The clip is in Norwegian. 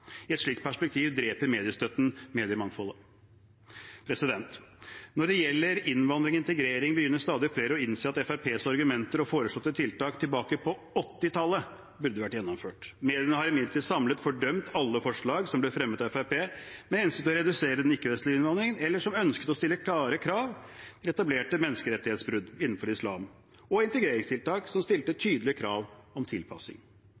I et slikt perspektiv dreper mediestøtten mediemangfoldet. Når det gjelder innvandring og integrering, begynner stadig flere å innse at Fremskrittspartiets argumenter og foreslåtte tiltak tilbake på 1980-tallet burde vært gjennomført. Mediene har imidlertid samlet fordømt alle forslag om å redusere den ikke-vestlige innvandringen som har blitt fremmet av Fremskrittspartiet, og forslag som har gått ut på å stille klare krav i forbindelse med etablerte menneskerettighetsbrudd innenfor islam, og forslag om integreringstiltak som har stilt tydelige krav om